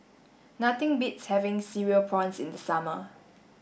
nothing beats having cereal prawns in the summer